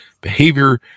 behavior